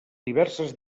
diverses